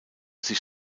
sich